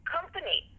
Company